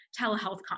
telehealth